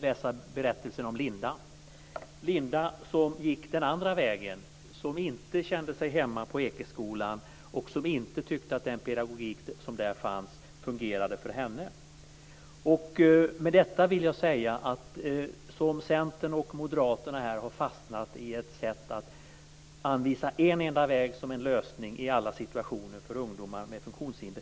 läsa berättelsen om Linda - Linda som gick den andra vägen, som inte kände sig hemma på Ekeskolan och som inte tyckte att pedagogiken där fungerade för henne. Centern och Moderaterna har här fastnat i ett sätt att anvisa en enda väg som en lösning i alla situationer för ungdomar med funktionshinder.